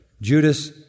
Judas